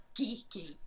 geeky